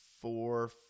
four